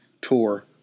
tour